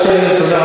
יש לנו לילה